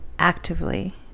actively